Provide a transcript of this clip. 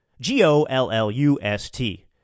G-O-L-L-U-S-T